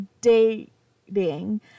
dating